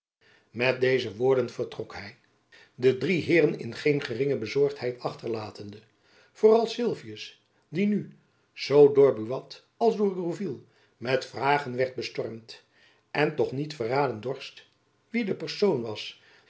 met deze woorden vertrok hy de drie heeren in jacob van lennep elizabeth musch geen geringe bezorgdheid achterlatende vooral sylvius die nu zoo door buat als door gourville met vragen werd bestormd en toch niet verraden dorst wie de persoon was